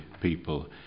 people